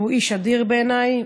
שהוא איש אדיר בעיניי,